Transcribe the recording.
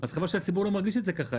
אז חבל שהציבור לא מרגיש את זה ככה.